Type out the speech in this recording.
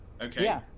Okay